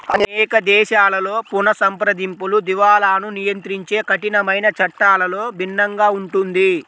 అనేక దేశాలలో పునఃసంప్రదింపులు, దివాలాను నియంత్రించే కఠినమైన చట్టాలలో భిన్నంగా ఉంటుంది